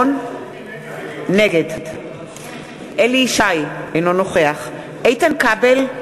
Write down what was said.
נגד אליהו ישי, אינו נוכח איתן כבל,